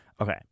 okay